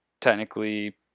technically